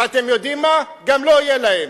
ואתם יודעים מה, גם לא יהיו להם.